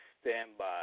standby